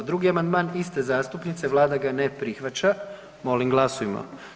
Drugi amandman iste zastupnice Vlada ga ne prihvaća, molim glasujmo.